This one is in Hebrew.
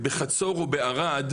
בחצור או בערד,